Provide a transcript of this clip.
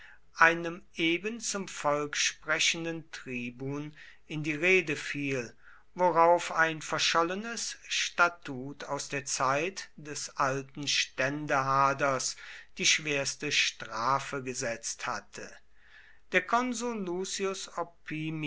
einem eben zum volk sprechenden tribun in die rede fiel worauf ein verschollenes statut aus der zeit des alten ständehaders die schwerste strafe gesetzt hatte der konsul